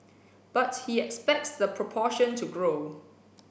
but he expects the proportion to grow